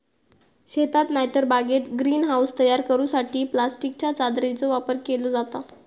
शेतात नायतर बागेत ग्रीन हाऊस तयार करूसाठी प्लास्टिकच्या चादरीचो वापर केलो जाता